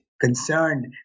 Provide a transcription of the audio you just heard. concerned